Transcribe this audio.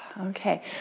Okay